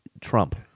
Trump